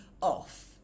off